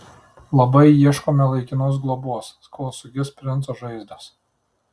labai ieškome laikinos globos kol sugis princo žaizdos